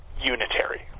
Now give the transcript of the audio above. unitary